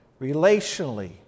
relationally